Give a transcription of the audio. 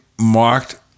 marked